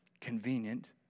convenient